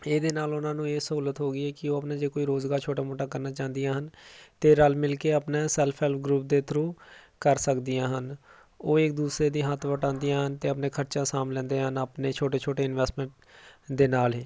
ਇਹਦੇ ਨਾਲ ਉਹਨਾਂ ਨੂੰ ਇਹ ਸਹੂਲਤ ਹੋ ਗਈ ਕਿ ਉਹ ਆਪਣੇ ਜੇ ਕੋਈ ਰੋਜ਼ਗਾਰ ਛੋਟਾ ਮੋਟਾ ਕਰਨਾ ਚਾਹੁੰਦੀਆਂ ਹਨ ਅਤੇ ਰਲ ਮਿਲ ਕੇ ਆਪਣਾ ਸੈਲਫ ਹੈਲਪ ਗਰੁੱਪ ਦੇ ਥਰੂ ਕਰ ਸਕਦੀਆਂ ਹਨ ਉਹ ਇੱਕ ਦੂਸਰੇ ਦਾ ਹੱਥ ਵਟਾਉਂਦੀਆਂ ਹਨ ਅਤੇ ਆਪਣਾ ਖਰਚਾ ਸਾਂਭ ਲੈਂਦੇ ਹਨ ਆਪਣੇ ਛੋਟੇ ਛੋਟੇ ਇਨਵੈਸਟਮੈਂਟ ਦੇ ਨਾਲ ਹੀ